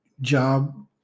job